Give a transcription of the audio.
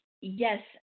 Yes